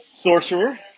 sorcerer